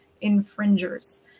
infringers